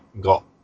got